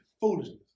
Foolishness